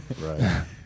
Right